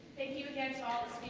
thank you again to